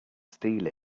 steal